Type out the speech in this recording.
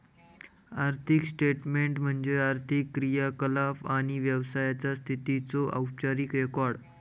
आर्थिक स्टेटमेन्ट म्हणजे आर्थिक क्रियाकलाप आणि व्यवसायाचा स्थितीचो औपचारिक रेकॉर्ड